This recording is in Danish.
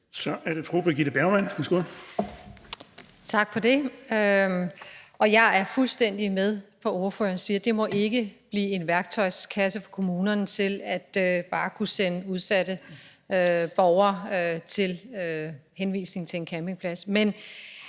Kl. 16:30 Birgitte Bergman (KF): Tak for det. Jeg er fuldstændig med på, hvad ordføreren siger. Det må ikke blive en værktøjskasse for kommunerne til bare at kunne henvise udsatte borgere til en campingplads.